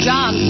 John